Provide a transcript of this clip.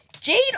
Jade